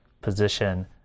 position